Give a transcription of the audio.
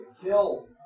kill